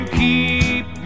keep